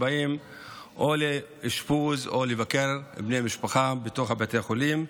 הם באים או לאשפוז או לבקר בני משפחה בתוך בתי החולים,